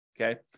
Okay